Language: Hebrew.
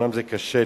אומנם זה קשה לי,